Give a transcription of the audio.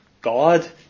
God